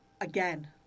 again